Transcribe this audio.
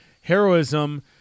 heroism